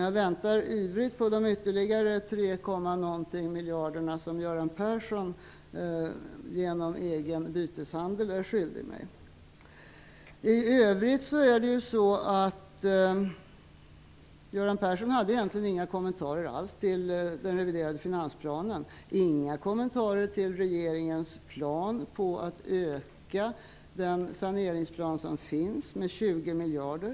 Jag väntar ivrigt på de ca 3 miljarder som Göran Persson genom egen byteshandel är skyldig mig. Göran Persson hade egentligen inga kommentarer alls till den reviderade finansplanen. Han hade inga kommentarer till regeringens planer på att öka den saneringsplan som finns med 20 miljarder.